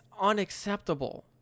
unacceptable